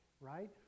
Right